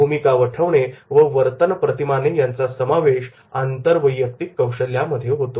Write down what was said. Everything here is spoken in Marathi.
भूमिका व ठेवणे व वर्तन प्रतिमाने यांचा समावेश आंतरवैयक्तिक कौशल्य मध्ये होतो